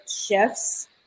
shifts